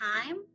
time